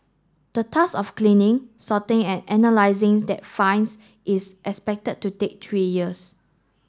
the task of cleaning sorting and analysing that finds is expected to take three years